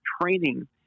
training